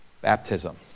baptism